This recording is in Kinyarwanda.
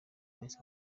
wese